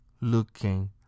looking